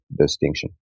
distinction